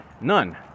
None